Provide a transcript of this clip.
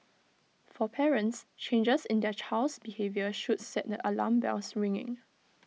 for parents changes in their child's behaviour should set the alarm bells ringing